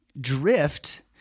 drift